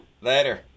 Later